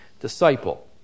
disciple